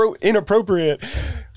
inappropriate